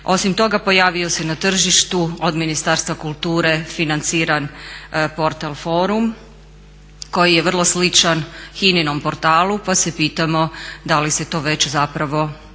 Osim toga, pojavio se na tržištu od Ministarstva kulture financiran portal Forum koji je vrlo sličan HINA-inom portalu, pa se pitamo da li se to već zapravo priprema